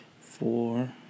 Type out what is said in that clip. four